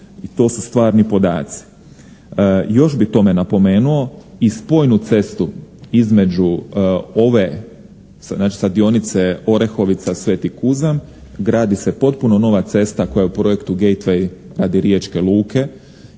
i to su stvarni podaci. Još bih tome napomenuo i spojnu cestu između ove, znači sa dionice Orehovica-Sveti Kuzam. Gradi se potpuno nova cesta koja je u projektu …/Govornik se